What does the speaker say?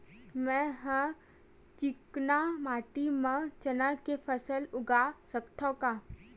मै ह चिकना माटी म चना के फसल उगा सकथव का?